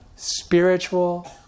spiritual